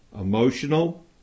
emotional